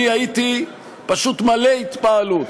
אני הייתי פשוט מלא התפעלות.